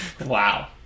Wow